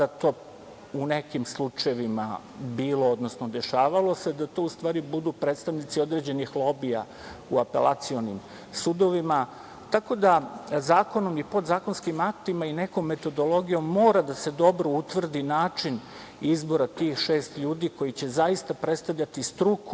u nekim slučajevima bilo, odnosno dešavalo se, da to u stvari budu predstavnici određenih lobija u apelacionim sudovima. Tako da zakonom i podzakonskim aktima i nekom metodologijom mora da se dobro utvrdi način izbora tih šest ljudi koji će zaista predstavljati struku,